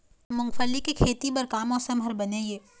मूंगफली के खेती बर का मौसम हर बने ये?